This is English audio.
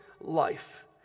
life